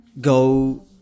go